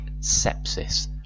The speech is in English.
sepsis